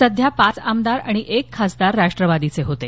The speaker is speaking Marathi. सध्या पाच आमदार आणि एक खासदार राष्टवादीचे होते